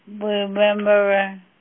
remember